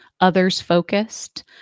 others-focused